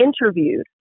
interviewed